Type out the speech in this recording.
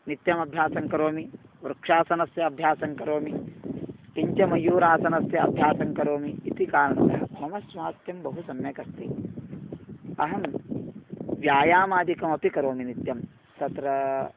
नित्यमभ्यासं करोमि वृक्षासनस्य अभ्यासं करोमि पिञ्चमयूरासनस्य अभ्यासं करोमि इति कारणतः मम स्वास्थ्यं बहु सम्यगस्ति अहं व्यायामादिकमपि करोमि नित्यं तत्र